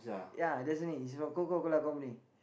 ya Dasani~ it's from Coca-Cola Company